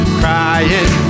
crying